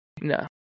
No